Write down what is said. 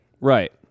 Right